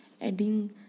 adding